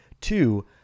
Two